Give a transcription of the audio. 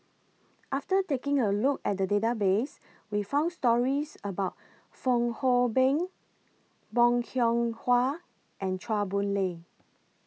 after taking A Look At The Database We found stories about Fong Hoe Beng Bong Hiong Hwa and Chua Boon Lay